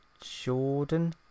Jordan